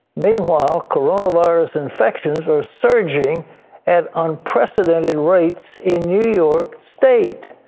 meanwhile, coronavirus infections are surging at unprecedented rates in new york state.